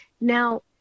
Now